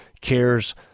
cares